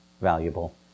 valuable